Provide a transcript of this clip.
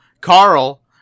Carl